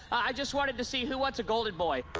i just wanted to see who wants a golden boy?